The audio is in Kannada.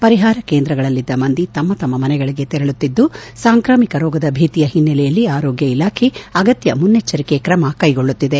ಪರಿಹಾರ ಕೇಂದ್ರಗಳಲ್ಲಿದ್ದ ಮಂದಿ ತಮ್ಮ ತಮ್ಮ ಮನೆಗಳಿಗೆ ತರೆಳುತ್ತಿದ್ದು ಸಾಂಕ್ರಾಮಿಕ ರೋಗದ ಭೀತಿಯ ಹಿನ್ನೆಲೆಯಲ್ಲಿ ಆರೋಗ್ವ ಇಲಾಖೆ ಅಗತ್ತ ಮುನ್ನೆಚ್ಚರಿಕೆ ಕ್ರಮ ಕೈಗೊಳ್ಳುತ್ತಿದೆ